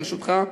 לרשותך.